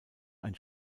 ein